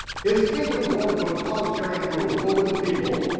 his kingdom bore totalitarian rule over the people,